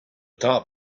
top